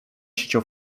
siecią